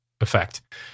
effect